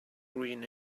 green